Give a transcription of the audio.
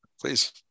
Please